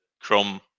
Chrome